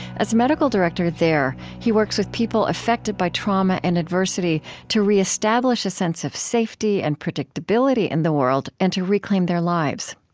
as medical director there, he works with people affected by trauma and adversity to re-establish a sense of safety and predictability in the world, and to reclaim their lives.